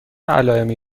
علائمی